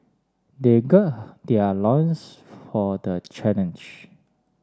they gird their loins for the challenge